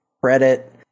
credit